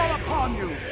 upon you.